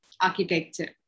architecture